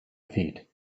feet